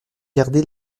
garder